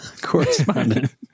correspondent